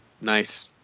Nice